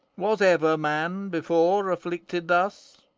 was ever man before afflicted thus,